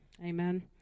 Amen